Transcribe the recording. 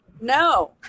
No